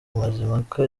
mazimhaka